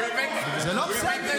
זה לא בסדר.